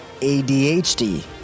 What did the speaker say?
ADHD